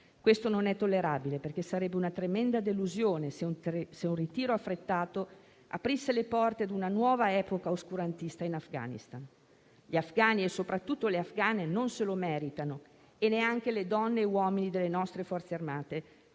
Questo non è tollerabile, perché sarebbe una tremenda delusione se un ritiro affrettato aprisse le porte a una nuova epoca oscurantista in Afghanistan. Gli afghani e soprattutto le afghane non se lo meritano e neanche le donne e gli uomini delle nostre Forze armate,